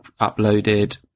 uploaded